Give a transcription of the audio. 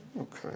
Okay